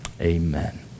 amen